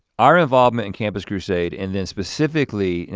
our involvement in campus crusade, and then specifically,